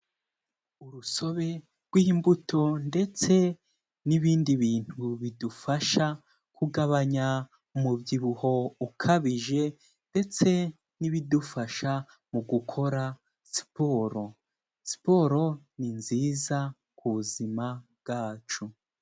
Urusobe rw'imbuto ndetse n'ibindi bintu bidufasha, kugabanya umubyibuho ukabije ndetse n'ibidufasha mu gukora siporo, siporo ni nziza ku buzima bwacu.